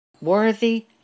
Worthy